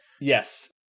Yes